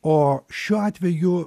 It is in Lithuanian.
o šiuo atveju